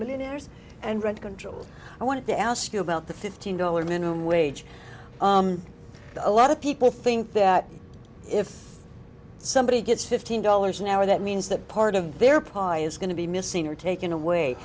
millionaires and rent control i wanted to ask you about the fifteen dollar minimum wage a lot of people think that if somebody gets fifteen dollars an hour that means that part of their pious going to be missing or taken